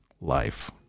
life